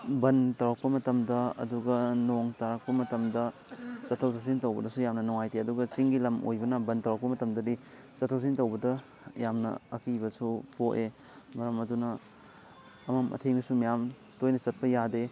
ꯕꯟ ꯇꯧꯔꯛꯄ ꯃꯇꯝꯗ ꯑꯗꯨꯒ ꯅꯣꯡ ꯇꯥꯔꯛꯄ ꯃꯇꯝꯗ ꯆꯠꯊꯣꯛ ꯆꯠꯁꯤꯟ ꯇꯧꯕꯗꯁꯨ ꯌꯥꯝꯅ ꯅꯨꯡꯉꯥꯏꯇꯦ ꯑꯗꯨꯒ ꯆꯤꯡꯒꯤ ꯂꯝ ꯑꯣꯏꯕꯅ ꯕꯟ ꯇꯧꯔꯛꯄ ꯃꯇꯝꯗꯗꯤ ꯆꯠꯊꯣꯛ ꯆꯠꯁꯤꯟ ꯇꯧꯕꯗ ꯌꯥꯝꯅ ꯑꯀꯤꯕꯁꯨ ꯄꯣꯛꯑꯦ ꯃꯔꯝ ꯑꯗꯨꯅ ꯑꯃꯝ ꯑꯊꯦꯡꯗꯁꯨ ꯃꯌꯥꯝ ꯇꯣꯏꯅ ꯆꯠꯄ ꯌꯥꯗꯦ